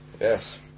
Yes